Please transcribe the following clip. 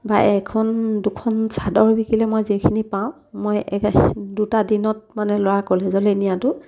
বা এখন দুখন চাদৰ বিকিলে মই যিখিনি পাওঁ মই দুটা দিনত মানে ল'ৰা কলেজলৈ নিয়াটো